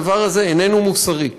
הדבר הזה איננו מוסרי.